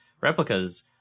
replicas